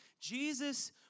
Jesus